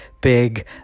big